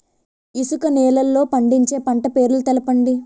ఇసుక నేలల్లో పండించే పంట పేర్లు తెలపండి?